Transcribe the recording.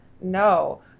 no